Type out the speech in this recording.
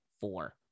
Four